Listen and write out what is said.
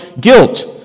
guilt